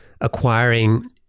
acquiring